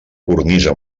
cornisa